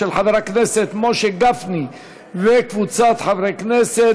של חבר הכנסת משה גפני וקבוצת חברי הכנסת,